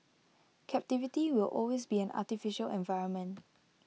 captivity will always be an artificial environment